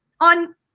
on